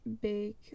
big